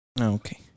Okay